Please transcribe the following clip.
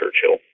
Churchill